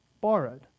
borrowed